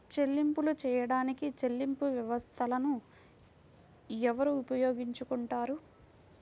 చెల్లింపులు చేయడానికి చెల్లింపు వ్యవస్థలను ఎవరు ఉపయోగించుకొంటారు?